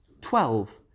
Twelve